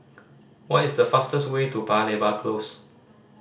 what is the fastest way to Paya Lebar Close